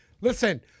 Listen